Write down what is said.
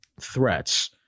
threats